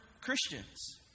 Christians